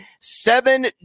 Seven